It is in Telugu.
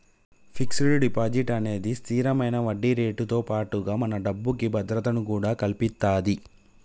ఫిక్స్డ్ డిపాజిట్ అనేది స్తిరమైన వడ్డీరేటుతో పాటుగా మన డబ్బుకి భద్రతను కూడా కల్పిత్తది